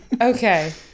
Okay